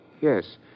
Yes